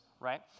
right